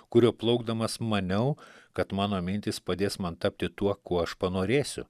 kuriuo plaukdamas maniau kad mano mintys padės man tapti tuo kuo aš panorėsiu